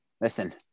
Listen